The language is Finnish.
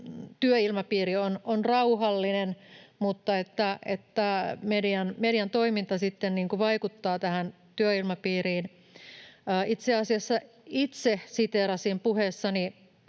työilmapiiri on rauhallinen mutta median toiminta sitten vaikuttaa tähän työilmapiiriin. Itse asiassa itse siteerasin puheessani